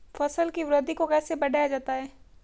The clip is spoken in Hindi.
फसल की वृद्धि को कैसे बढ़ाया जाता हैं?